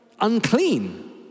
unclean